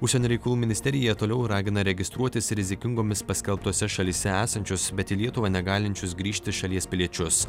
užsienio reikalų ministerija toliau ragina registruotis rizikingomis paskelbtose šalyse esančius bet į lietuvą negalinčius grįžti šalies piliečius